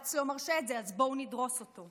בג"ץ לא מרשה את זה, אז בואו נדרוס אותו.